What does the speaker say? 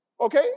Okay